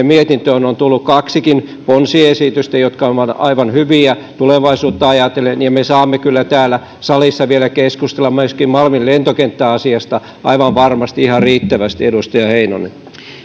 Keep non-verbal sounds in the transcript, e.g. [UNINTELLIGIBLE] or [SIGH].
[UNINTELLIGIBLE] mietintöön on tullut kaksikin ponsiesitystä jotka ovat aivan hyviä tulevaisuutta ajatellen ja me saamme kyllä täällä salissa vielä keskustella myöskin malmin lentokenttä asiasta aivan varmasti ihan riittävästi edustaja heinonen